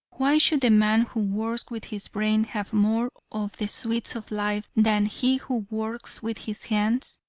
why should the man who works with his brain have more of the sweets of life than he who works with his hands?